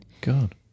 God